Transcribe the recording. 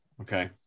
Okay